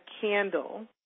candle